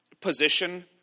position